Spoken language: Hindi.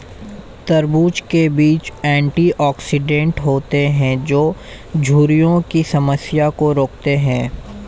तरबूज़ के बीज एंटीऑक्सीडेंट होते है जो झुर्रियों की समस्या को रोकते है